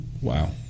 Wow